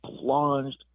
plunged